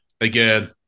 Again